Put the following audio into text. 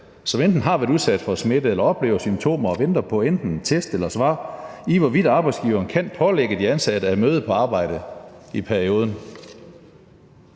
som enten har været udsat for smitte eller oplever symptomer og venter på enten en test eller et svar – kan arbejdsgiveren pålægge de ansatte at møde på arbejdet i perioden?